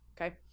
Okay